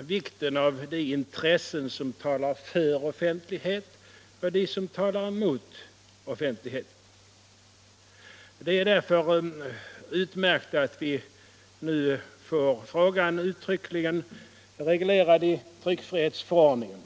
vikten av de intressen som talar för offentlighet och de som talar mot offentlighet. Det är därför utmärkt att vi nu får frågan uttryckligen reglerad i tryckfrihetsförordningen.